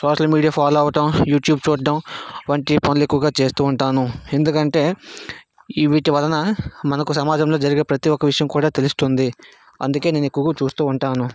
social media follow అవ్వటం YouTube చూడటం వంటి పనులు ఎక్కువగా చేస్తూ ఉంటాను ఎందుకంటే ఈ వీటి వలన మనకు సమాజంలో జరిగే ప్రతి ఒక్క విషయం కూడా తెలుస్తుంది అందుకే నేను ఎక్కువగా చూస్తూ ఉంటాను